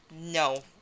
no